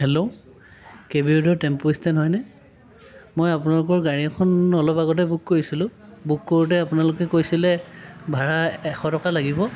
hello K B ৰোডৰ tempo stand হয়নে মই আপোনালোকৰ গাড়ী এখন অলপ আগতে বুক কৰিছিলোঁ বুক কৰোঁতে আপোনালোকে কৈছিলে ভাড়া এশ টকা লাগিব